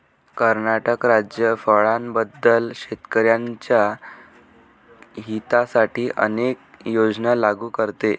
कर्नाटक राज्य फळांबद्दल शेतकर्यांच्या हितासाठी अनेक योजना लागू करते